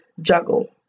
juggle